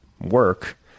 work